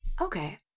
Okay